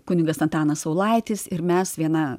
kunigas antanas saulaitis ir mes vieną